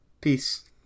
Peace